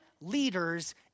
leaders